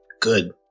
good